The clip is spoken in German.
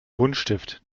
buntstift